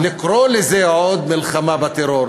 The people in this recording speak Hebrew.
לקרוא לזה עוד "מלחמה בטרור"